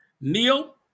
Neil